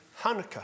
Hanukkah